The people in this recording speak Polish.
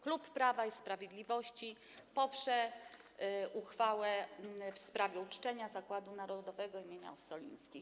Klub Prawa i Sprawiedliwości poprze uchwałę w sprawie uczczenia Zakładu Narodowego im. Ossolińskich.